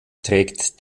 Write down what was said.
trägt